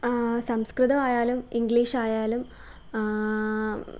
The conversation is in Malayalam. സംസ്കൃതം ആയാലും ഇംഗ്ലീഷായാലും